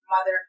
mother